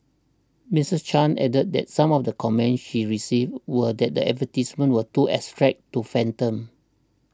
Mrs Chan added that some of the comments she received were that the advertisements were too abstract to fathom